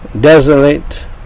desolate